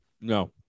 No